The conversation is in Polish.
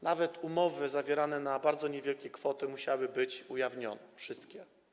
Nawet umowy zawierane na bardzo niewielkie kwoty musiałyby być ujawnione - wszystkie.